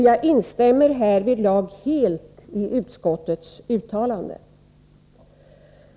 Jag instämmer härvidlag helt i utskottets uttalande.